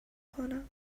کنم